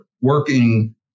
working